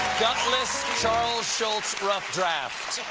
gutless charles schulz rough draft.